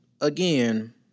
again